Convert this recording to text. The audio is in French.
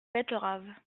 betteraves